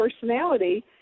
personality